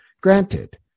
Granted